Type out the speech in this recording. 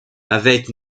avec